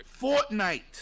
Fortnite